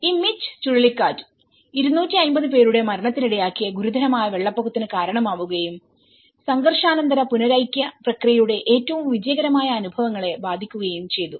ഈ മിച്ച് ചുഴലിക്കാറ്റ്250 പേരുടെ മരണത്തിനിടയാക്കിയ ഗുരുതരമായ വെള്ളപ്പൊക്കത്തിന് കാരണമാവുകയും സംഘർഷാനന്തര പുനരൈക്യ പ്രക്രിയയുടെ ഏറ്റവും വിജയകരമായ അനുഭവങ്ങളെ ബാധിക്കുകയും ചെയ്തു